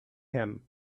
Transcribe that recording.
him